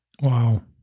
Wow